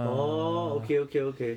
orh okay okay okay